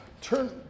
Turn